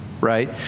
right